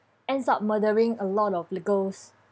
ends up murdering a lot of li~ girls